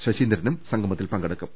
ശശീന്ദ്രനും സംഗമത്തിൽ പങ്കെടുക്കും